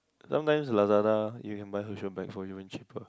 sometimes Lazada you can buy Herschel bag for even cheaper